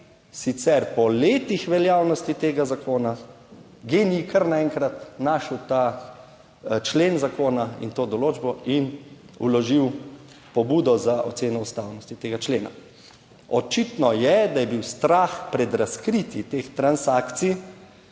sicer po letih veljavnosti tega zakona GEN-I kar naenkrat našel ta člen zakona in to določbo in vložil pobudo za oceno ustavnosti tega člena? Očitno je, da je bil strah pred razkritji teh transakcij